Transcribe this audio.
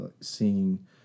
seeing